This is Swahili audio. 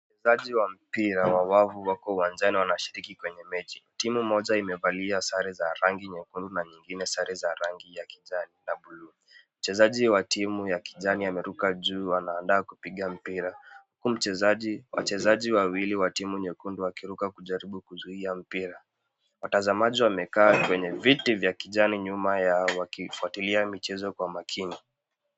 Wachezaji wa mpira wa wavu wako uwanjani wanashiriki kwenye mechi. Timu moja imevalia sare za rangi nyekundu na nyingine sare za rangi ya kijani na bluu. Mchezaji wa timu ya kijani ameruka juu, anaandaa kupiga mpira, huku wachezaji wawili wa timu nyekundu wakiruka kujaribu kuzuia mpira. Watazamaji wamekaa kwenye viti vya kijani nyuma yao wakifuatilia michezo kwa makini.